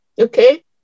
Okay